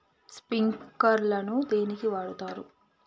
Sprinkler ను దేనికి వాడుతరు?